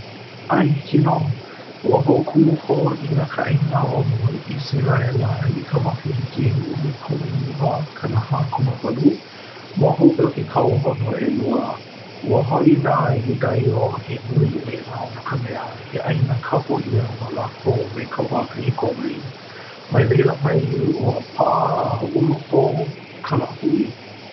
ʻAe, hiki nō. Ua hoʻokumu hou ʻia ka ʻāina ʻo ʻIseraʻela i ka makahiki 1948, ma hope o ke kaua honua ʻelua. Ua hoʻi nā Iudaio he nui i laila, no ka mea, he ʻāina kapu ia no lākou mai ka wā kahiko mai. Mai laila mai, ua paʻa a ulu hou ka lāhui.